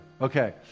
Okay